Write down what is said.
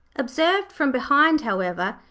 observed from behind, however,